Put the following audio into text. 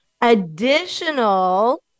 additional